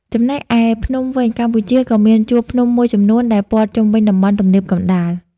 ចំណែកឯភ្នំវិញ កម្ពុជាក៏មានជួរភ្នំមួយចំនួនដែលព័ទ្ធជុំវិញតំបន់ទំនាបកណ្តាល។